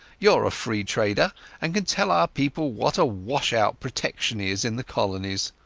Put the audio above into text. youare a free trader and can tell our people what a wash-out protection is in the colonies.